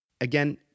Again